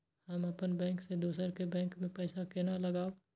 हम अपन बैंक से दोसर के बैंक में पैसा केना लगाव?